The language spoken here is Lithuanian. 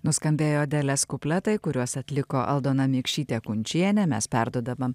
nuskambėjo adelės kupletai kuriuos atliko aldona mikšytė kunčienė mes perduodama